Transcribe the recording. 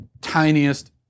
tiniest